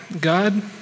God